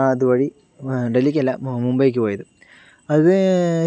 അതുവഴി ഡൽഹിക്ക് അല്ല മുംബൈക്ക് പോയത് അത്